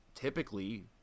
typically